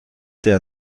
der